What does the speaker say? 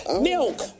Milk